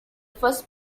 first